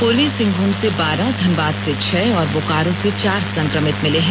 पूर्वी सिंहभूम से बारह धनबाद से छह और बोकारो से चार संक्रमित मिले हैं